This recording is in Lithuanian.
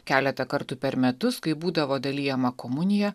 keletą kartų per metus kai būdavo dalijama komunija